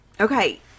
Okay